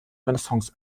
renaissance